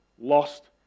lost